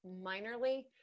minorly